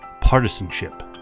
Partisanship